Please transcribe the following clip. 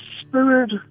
spirit